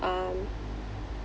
um